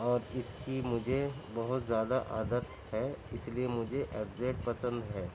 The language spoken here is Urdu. اور اس کی مجھے بہت زیادہ عادت ہے اس لیے مجھے ایف زیڈ پسند ہے